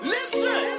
Listen